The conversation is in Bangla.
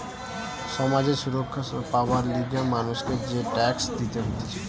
সমাজ এ সুরক্ষা পাবার লিগে মানুষকে যে ট্যাক্স দিতে হতিছে